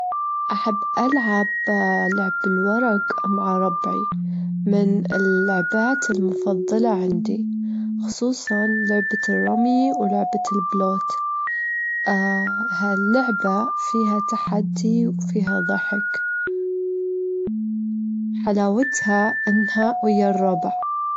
عدد الأحذية عندي حوالي سبع أحذية، وبالنسبة للقبعات عندي تلاتة قبعات رأس أحطها على راسي، أما النظارات الشمسية فأني عندي نضارتين شمسيات.